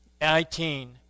19